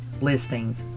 listings